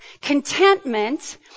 Contentment